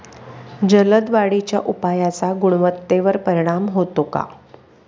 जलद वाढीच्या उपायाचा गुणवत्तेवर परिणाम होतो का?